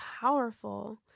powerful